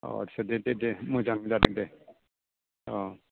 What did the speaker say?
अ आच्चा दे दे मोजां जादों दे अ